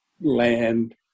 land